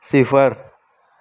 صفر